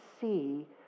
see